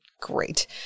great